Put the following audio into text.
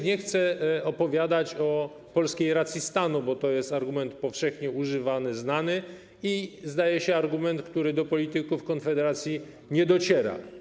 Nie chcę już opowiadać o polskiej racji stanu, bo to jest argument powszechnie używany, znany i jest to argument, który, zdaje się, do polityków Konfederacji nie dociera.